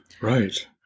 Right